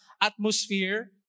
atmosphere